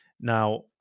Now